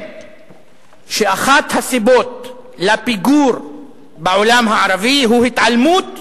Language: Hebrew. שאחת הסיבות לפיגור בעולם הערבי הוא התעלמות